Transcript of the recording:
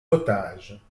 otages